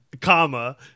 comma